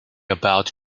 about